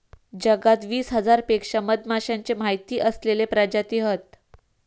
जगात वीस हजारांपेक्षा मधमाश्यांचे माहिती असलेले प्रजाती हत